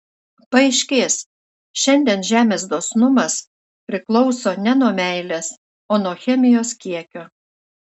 paaiškės šiandien žemės dosnumas priklauso ne nuo meilės o nuo chemijos kiekio